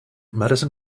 madison